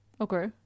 Okay